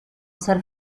ser